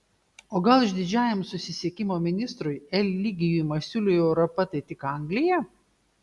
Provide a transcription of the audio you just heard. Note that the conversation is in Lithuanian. o gal išdidžiajam susisiekimo ministrui eligijui masiuliui europa tai tik anglija